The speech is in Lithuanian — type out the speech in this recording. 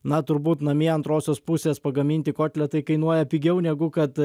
na turbūt namie antrosios pusės pagaminti kotletai kainuoja pigiau negu kad